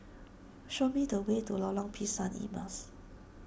show me the way to Lorong Pisang Emas